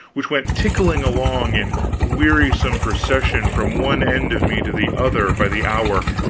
which went tickling along in wearisome procession from one end of me to the other by the hour,